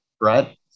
right